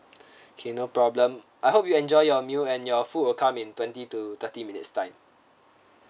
okay no problem I hope you enjoy your meal and your food will come in twenty to thirty minutes time